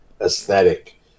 aesthetic